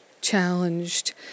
challenged